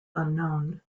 unknown